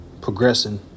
progressing